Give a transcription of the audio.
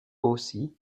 aussi